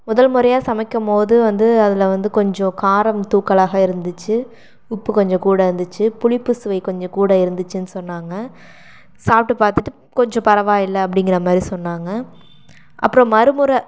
முதல் முறையாக சமைக்கும் போது வந்து அதில் வந்து கொஞ்சம் காரம் தூக்கலாக இருந்துச்சு உப்பு கொஞ்சம் கூட இருந்துச்சு புளிப்பு சுவை கொஞ்சம் கூட இருந்துச்சுனு சொன்னாங்க சாப்பிட்டு பார்த்துட்டு கொஞ்சம் பரவாயில்லை அப்படிங்கிற மாதிரி சொன்னாங்க அப்புறம் மறுமுறை